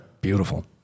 Beautiful